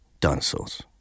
Dinosaurs